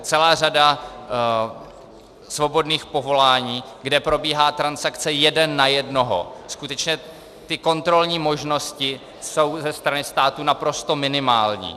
Celá řada svobodných povolání, kde probíhá transakce jeden na jednoho, skutečně ty kontrolní možnosti jsou ze strany státu naprosto minimální.